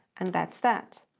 and that's that.